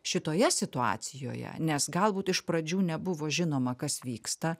šitoje situacijoje nes galbūt iš pradžių nebuvo žinoma kas vyksta